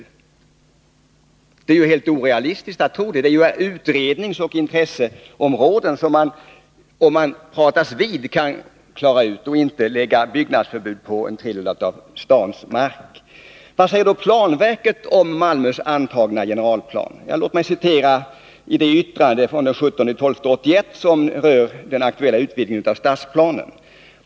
Det är helt orealistiskt att tro det. Frågorna kring de här utredningsoch intresseområdena kan ju lösas om man pratas vid, och man behöver alltså inte lägga byggnadsförbud på en tredjedel av stadens mark. Vad säger då planverket om Malmös antagna generalplan? Låt mig citera ur det yttrande av den 17 december 1981 som rör den aktuella utvidgningen av stadsplanen.